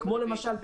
כפי למשל,